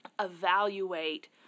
Evaluate